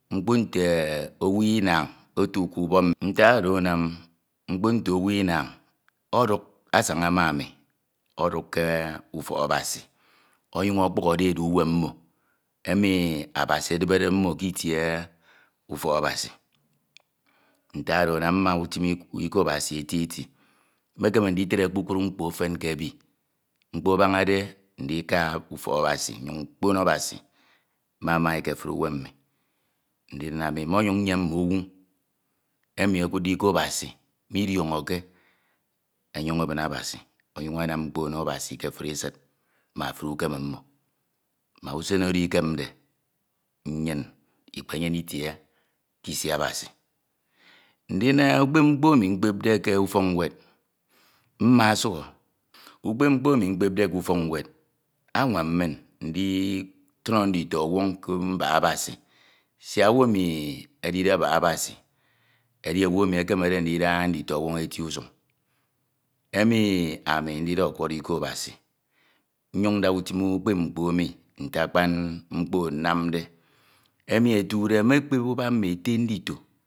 Mkpo nte owu inañ otuke ubak ntak oro anam mkpo nte owu inañ ọduk asaña ma ame ọduk ke ufọk Abasi onyuñ ọkpọhọre ẹdu uwem mmo, e miAbasi ediberede mmo ke itie ke ufok Abasi. Ntak or anam mma utim lko Abasi eti eti mmekeme nditne kpukpru efen ke ebi. mkpo abañade ndika ufok Abasi nnyin mkpo Abasi, mma ma e ke efure uwem mmi. Ndin ame. Monyuñ nyan mme owu emi ekudde Iko Abasi, midiọñọke ọnyuñ ebine Abasi ọnyuñ anam mkpo ono Abasi ko efuri esid ma efuri ukeme mmo mbak usen oro ikemde, nnyin ikpunyene itie ke Isi Abasi. Ndin ukpep mkpo emi mkpepde ke ufọk nwed mma sukho ukpo mkpo emi mkpepde ke ufọk nwed anwam min ndituño ndito nweñ ke mbak Abasi siak owu ami edide abak Abasi edi owu emi ekemede ndida nditoñwọñ eti usuñ, emi ami ndide ọkunro lko Abasi, nnyiñ nda utim ukpep mkpo enai nte akpan mkpo nnamde emi etude mme kpep ubak mme ete ndito.